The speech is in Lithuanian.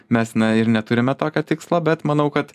mes na ir neturime tokio tikslo bet manau kad